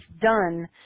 done